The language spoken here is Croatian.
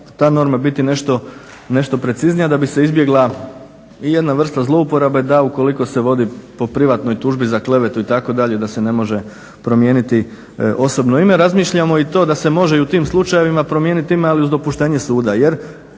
da bi se izbjegla i jedna vrsta zlouporabe da ukoliko se vodi po privatnoj tužbi za klevetu itd. da se ne može promijeniti osobno ime. Razmišljamo i to da se može i u tim slučajevima promijeniti ime ali uz dopuštenje suda